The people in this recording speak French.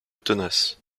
tenace